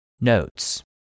Notes